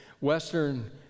Western